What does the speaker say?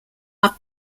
are